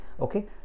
okay